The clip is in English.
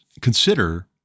consider